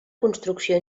construcció